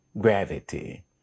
gravity